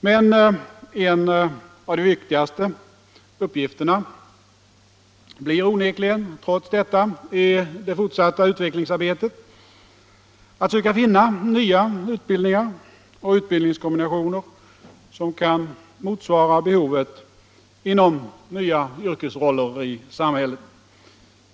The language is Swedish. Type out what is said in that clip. Men en av de viktigaste uppgifterna i det fortsatta utvecklingsarbetet blir onekligen trots detta att söka finna nya utbildningar och utbildningskombinationer som kan motsvara behovet inom nya yrkesroller i samhället.